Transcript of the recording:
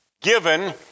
given